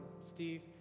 Steve